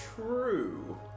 true